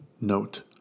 Note